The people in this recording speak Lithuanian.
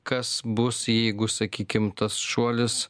kas bus jeigu sakykim tas šuolis